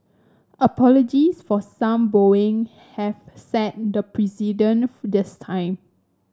apologies for some bowing have set the precedent this time